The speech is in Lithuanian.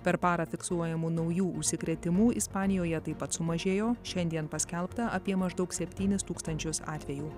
per parą fiksuojamų naujų užsikrėtimų ispanijoje taip pat sumažėjo šiandien paskelbta apie maždaug septynis tūkstančius atvejų